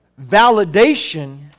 validation